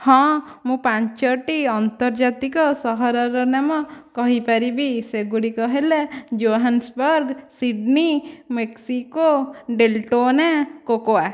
ହଁ ମୁଁ ପାଞ୍ଚଟି ଅନ୍ତର୍ଜାତିକ ସହରର ନାମ କହିପାରିବି ସେଗୁଡ଼ିକ ହେଲା Johannesburg Sydney Mexico Deltona cocoa